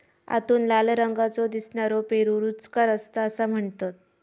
आतून लाल रंगाचो दिसनारो पेरू रुचकर असता असा म्हणतत